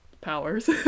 powers